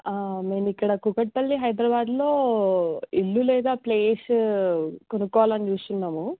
మేము ఇక్కడ కూకట్పల్లి హైదరాబాద్లో ఇల్లు లేదా ప్లేస్ కొనుక్కోవాలి అని చూస్తున్నాము